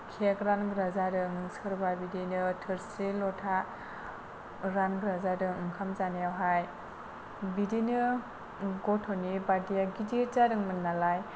फेग्रा लोंग्रा जादों सोरबा बिदिनो थोरसि लथा रानग्रा जादों ओंखाम जानायावहाय बिदिनो गथ'नि बार्टडेया गिदिर जादोंमोन नालाय